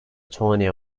tony